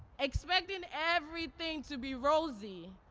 expecting everything to be rosy.